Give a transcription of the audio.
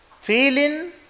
feeling